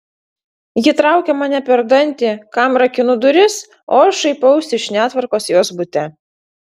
ji traukia mane per dantį kam rakinu duris o aš šaipausi iš netvarkos jos bute